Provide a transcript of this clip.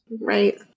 Right